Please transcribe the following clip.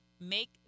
Make